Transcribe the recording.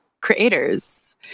creators